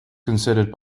considered